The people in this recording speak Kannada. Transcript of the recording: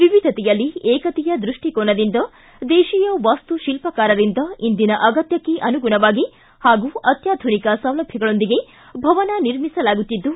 ವಿವಿಧತೆಯಲ್ಲಿ ಏಕತೆಯ ದೃಷ್ಟಿಕೋನದೊಂದಿಗೆ ದೇಶೀಯ ವಾಸ್ತು ಶಿಲ್ಪಕಾರರಿಂದ ಇಂದಿನ ಅಗತ್ಯಕ್ಷೆ ಅನುಗುಣವಾಗಿ ಹಾಗೂ ಅತ್ಯಾಧುನಿಕ ಸೌಲಭ್ಯಗಳೊಂದಿಗೆ ಭವನ ನಿರ್ಮಿಸಲಾಗುತ್ತಿದ್ದು